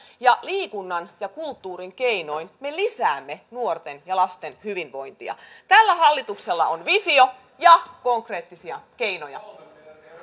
ja liikunnan ja kulttuurin keinoin me lisäämme nuorten ja lasten hyvinvointia tällä hallituksella on visio ja konkreettisia keinoja